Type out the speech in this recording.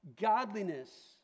Godliness